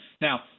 Now